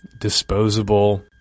disposable